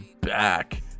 back